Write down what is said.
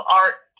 art